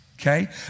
okay